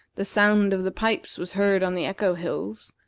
the sound of the pipes was heard on the echo hills,